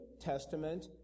Testament